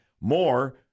More